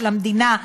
של המדינה,